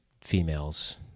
females